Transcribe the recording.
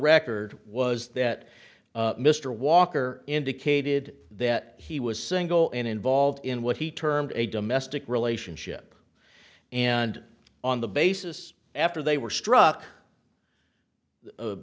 record was that mr walker indicated that he was single and involved in what he termed a domestic relationship and on the basis after they were struck